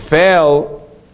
fail